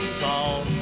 call